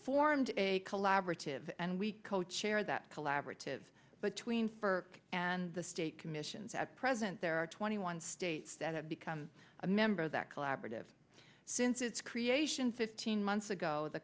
formed a collaborative and we co chair that collaborate give but tweens burke and the state commissions at present there are twenty one states that have become a member of that collaborative since its creation fifteen months ago the